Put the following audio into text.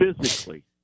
physically